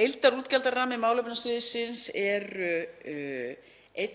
Heildarútgjaldarammi málefnasviðsins er